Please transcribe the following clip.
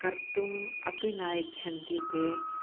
कर्तुम् अपि न इच्छन्ति ते